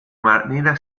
manera